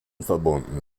verbunden